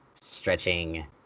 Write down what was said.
stretching